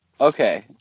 okay